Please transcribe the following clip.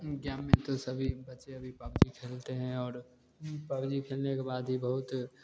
गाँव में तो सभी बच्चे अभी पबजी खेलते हैं और पबजी खेलने के बाद ही बहुत